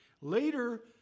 Later